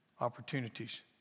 opportunities